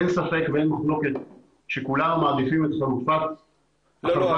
אין ספק ואין מחלוקת שכולם מעדיפים את חלופת --- אדוני,